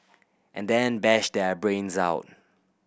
and then bash their brains out